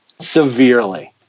Severely